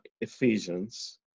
Ephesians